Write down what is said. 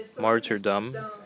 martyrdom